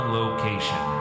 location